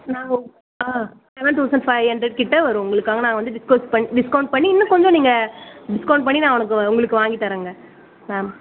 நாங்கள் ஆ seven thousand five ஹண்ட்ரட்கிட்ட வரும் உங்களுக்காக நாங்கள் வந்து டிஸ்கவுஸ் பண் டிஸ்கவுண்ட் பண்ணி இன்னும் கொஞ்சம் நீங்கள் டிஸ்கவுண்ட் பண்ணி நான் உனக்கு உங்களுக்கு வாங்கி தரேங்க மேம்